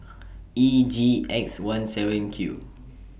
E G X one seven Q